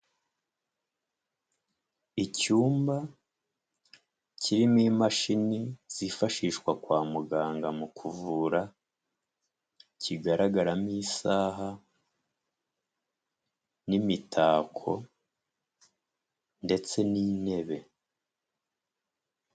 Icyumba kirimo imashini, zifashishwa kwa muganga mu kuvura, kigaragaramo isaha, n'imitako, ndetse n'intebe.